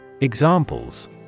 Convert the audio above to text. Examples